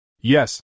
Yes